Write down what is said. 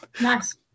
nice